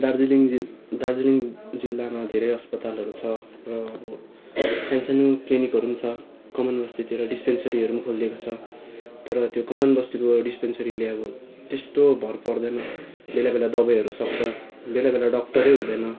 दार्जिलिङ जिल् दार्जिलिङ जिल्लामा धेरै अस्पतालहरू छ र अब सानसानो क्लिनिकहरू पनि छ कमानबस्तीहरूतिर डिस्पेन्सरीहरू पनि खोलिएको छ तर त्यो कमानबस्तीको डिस्पेन्सरीले अब त्यस्तो भर पर्दैन बेलाबेला दबाईहरू सक्छ बेलाबेला डक्टरै हुँदैन